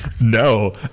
No